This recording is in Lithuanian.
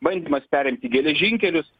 bandymas perimti geležinkelius